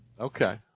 Okay